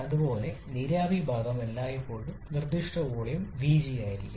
അതുപോലെ നീരാവി ഭാഗം എല്ലായ്പ്പോഴും നിർദ്ദിഷ്ട വോള്യമായി vg ആയിരിക്കും